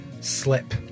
slip